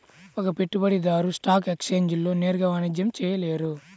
ఒక పెట్టుబడిదారు స్టాక్ ఎక్స్ఛేంజ్లలో నేరుగా వాణిజ్యం చేయలేరు